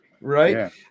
Right